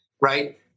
right